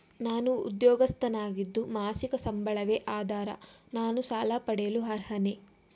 ನಾನು ಉದ್ಯೋಗಸ್ಥನಾಗಿದ್ದು ಮಾಸಿಕ ಸಂಬಳವೇ ಆಧಾರ ನಾನು ಸಾಲ ಪಡೆಯಲು ಅರ್ಹನೇ?